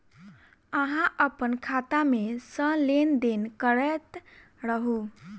अहाँ अप्पन खाता मे सँ लेन देन करैत रहू?